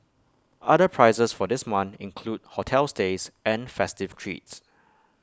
other prizes for this month include hotel stays and festive treats